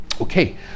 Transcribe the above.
Okay